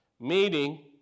meeting